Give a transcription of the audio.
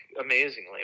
amazingly